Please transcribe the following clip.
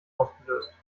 ausgelöst